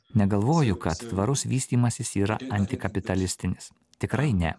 negalvoju kad tvarus vystymasis yra antikapitalistinis tikrai ne